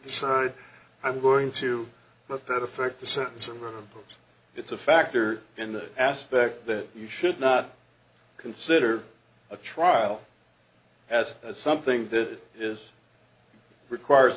sign i'm going to let that affect the sentence it's a factor in that aspect that you should not consider a trial as something that is requires